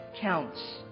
counts